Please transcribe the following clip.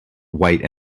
white